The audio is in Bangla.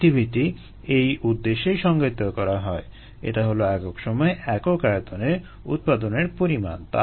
প্রোডাক্টিভিটি এই উদ্দেশ্যেই সংজ্ঞায়িত করা হয় এটা হলো একক সময়ে একক আয়তন উৎপাদনের পরিমাণ